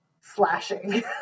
slashing